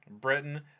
Britain